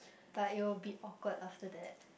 but it will be awkward after that